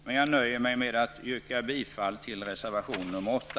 Men jag nöjer mig med att yrka bifall till reservation nr 8.